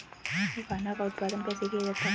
मखाना का उत्पादन कैसे किया जाता है?